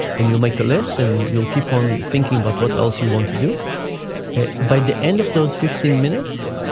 and you'll make a list and you'll keep on thinking about what else you want to do it. by the end of those fifteen minutes,